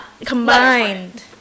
combined